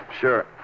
Sure